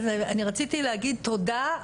רציתי להגיד תודה,